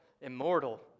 immortal